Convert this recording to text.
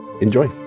enjoy